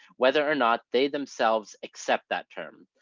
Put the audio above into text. whether or not they themselves accept that term.